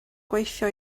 gweithio